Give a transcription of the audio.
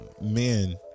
men